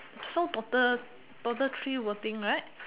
so total total three voting right